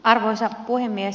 arvoisa puhemies